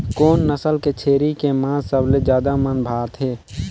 कोन नस्ल के छेरी के मांस सबले ज्यादा मन भाथे?